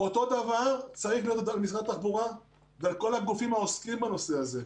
אותו דבר צריך להיות דרך משרד התחבורה לכל הגופים העוסקים בנושא הזה.